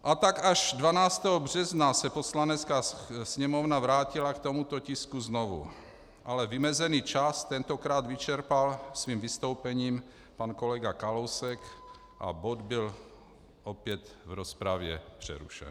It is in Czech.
A tak až 12. března se Poslanecká sněmovna vrátila k tomuto tisku znovu, ale vymezený čas tentokrát vyčerpal svým vystoupením pan kolega Kalousek a bod byl opět v rozpravě přerušen.